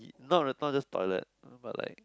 not not just toilet but like